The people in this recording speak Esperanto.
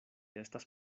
estas